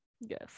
yes